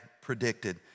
predicted